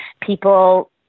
People